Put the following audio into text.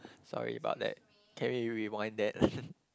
sorry about that can we rewind that